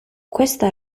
questa